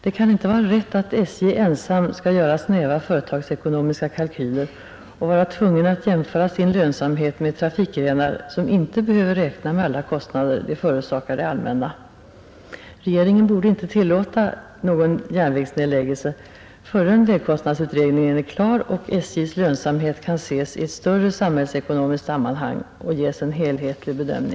Det kan inte vara rätt att statens järnvägar ensamma skall göra snäva företagsekonomiska kalkyler och vara tvungna att jämföra sin lönsamhet med trafikgrenar som inte behöver räkna med alla kostnader de förorsakar det allmänna. Regeringen borde inte tillåta någon järnvägsnedläggelse förrän vägkostnadsutredningen är klar och SJ:s lönsamhet kan ses i ett större samhällsekonomiskt sammanhang och bedömas i sin helhet.